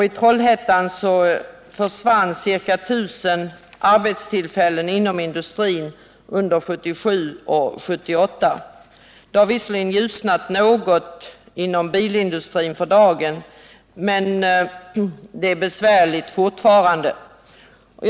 I Trollhättan försvann ca 1 000 arbetstillfällen inom industrin under 1977 och 1978. Det har visserligen för dagen ljusnat något inom bilindustrin, men läget är fortfarande besvärligt.